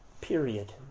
Period